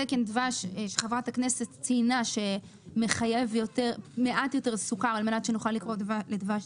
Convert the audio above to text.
את תקן הדבש שמחייב מעט פחות סוכר כדי שייקרא דבש.